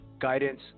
guidance